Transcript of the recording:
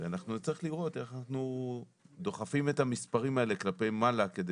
אנחנו נצטרך לראות איך אנחנו דוחפים את המספרים האלה כלפי מעלה כדי